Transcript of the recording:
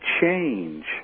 change